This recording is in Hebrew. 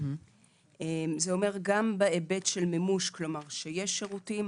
זה אומר שיש שירותים